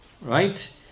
Right